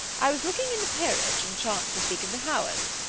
i was looking in the peerage and chanced to speak of the howards.